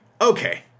okay